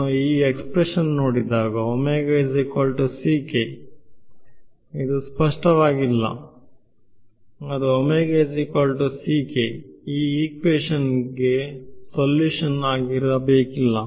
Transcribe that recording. ನಾನು ಈ ಎಕ್ಸ್ಪ್ರೆಶನ್ ನೋಡಿದಾಗ ಅದು ಸ್ಪಷ್ಟವಾಗಿಲ್ಲ ಅದುಈ ಇಕ್ವೇಶನ್ಗೆ ಸಲ್ಯೂಷನ್ ಆಗಿರಬೇಕಿಲ್ಲ